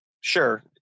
sure